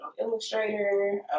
illustrator